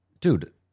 dude